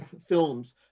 films